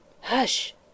Hush